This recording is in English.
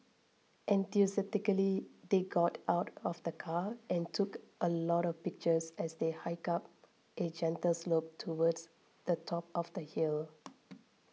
enthusiastically they got out of the car and took a lot of pictures as they hiked up a gentle slope towards the top of the hill